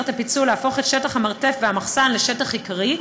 הפיצול להפוך את שטח המרתף והמחסן לשטח עיקרי,